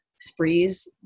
sprees